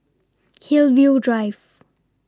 Hillview Drive